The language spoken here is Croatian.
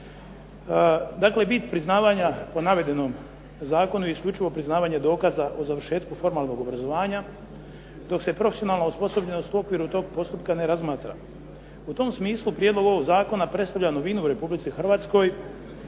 Dakle, bit priznavanja po navedenom zakonu je isključivo priznavanja dokaza o završetku formalnog obrazovanja, dok se profesionalna osposobljenost u okviru toga postupka ne razmatra. U tom smislu prijedlog ovog zakona predstavlja novinu u Republici Hrvatskoj,